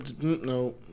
no